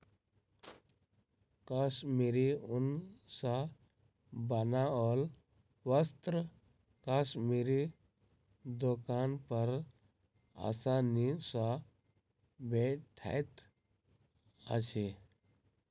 कश्मीरी ऊन सॅ बनाओल वस्त्र कश्मीरी दोकान पर आसानी सॅ भेटैत अछि